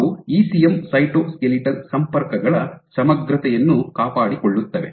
ಅವು ECM cytoskeletal ಸಂಪರ್ಕಗಳ ಸಮಗ್ರತೆಯನ್ನು ಕಾಪಾಡಿಕೊಳ್ಳುತ್ತವೆ